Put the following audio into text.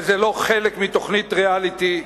וזה לא חלק מתוכנית ריאליטי.